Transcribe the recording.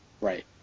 right